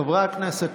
חברי הכנסת,